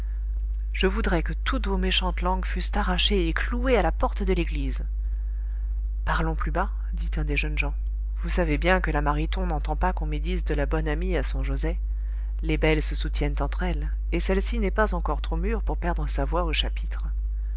je voudrais que toutes vos méchantes langues fussent arrachées et clouées à la porte de l'église parlons plus bas dit un des jeunes gens vous savez bien que la mariton n'entend pas qu'on médise de la bonne amie à son joset les belles se soutiennent entre elles et celle-ci n'est pas encore trop mûre pour perdre sa voix au chapitre